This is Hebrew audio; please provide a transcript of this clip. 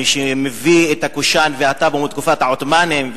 מי שמביא את הקושאן ואת הטאבו מתקופת העות'מאנים,